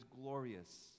glorious